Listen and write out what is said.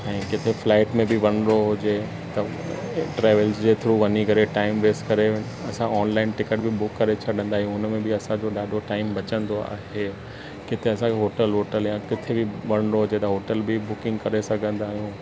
ऐं किथे फ्लाइट में बि वञिणो हुजे त ट्रैवल्स जे थ्रू वञी करे टाइम वेस्ट करे असां ऑनलाइन टिकट बि बुक करे छॾंदा आहियूं हुनमें बि असांजो ॾाढो टाइम बचंदो आहे किथे असांखे होटल वोटल या किथे बि वञिणो हुजे त होटल बि बुकिंग करे सघंदा आहियूं